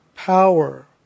Power